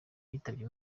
yitabye